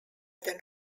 than